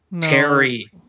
terry